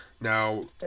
Now